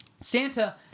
Santa